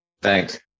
Thanks